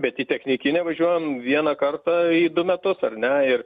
bet į technikinę važiuojam vieną kartą į du metus ar ne ir